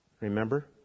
Remember